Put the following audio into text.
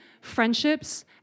friendships